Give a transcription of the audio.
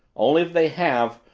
only if they have,